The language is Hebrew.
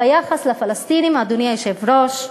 ביחס לפלסטינים, אדוני היושב-ראש,